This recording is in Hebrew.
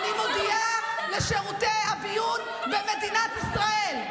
אני מודיעה לשירותי הביון במדינת ישראל,